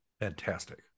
Fantastic